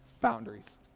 boundaries